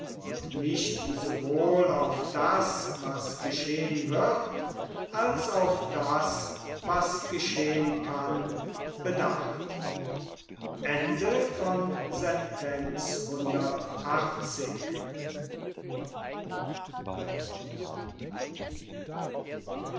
nicht sowohl auf das was geschehn wird als auf das was geschehn kann bedacht